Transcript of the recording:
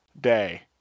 day